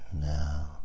Now